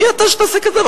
מי אתה שתעשה כזה דבר?